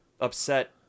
upset